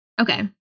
Okay